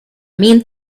mean